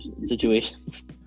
situations